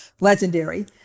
legendary